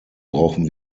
brauchen